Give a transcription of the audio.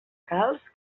calç